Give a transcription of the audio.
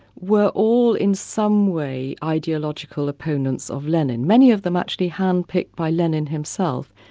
were all in some way ideological opponents of lenin. many of them actually hand-picked by lenin himself.